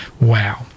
wow